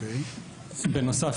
בנוסף,